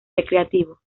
recreativo